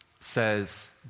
says